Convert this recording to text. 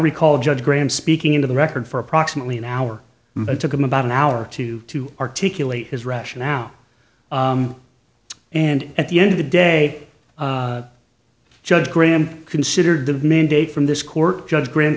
recall judge graham speaking into the record for approximately an hour but it took him about an hour or two to articulate his rationale and at the end of the day judge graham considered the mandate from this court judge gran